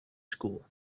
school